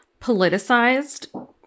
politicized